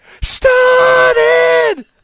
started